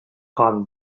common